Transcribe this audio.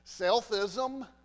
selfism